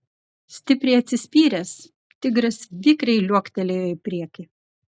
stipriai atsispyręs tigras vikriai liuoktelėjo į priekį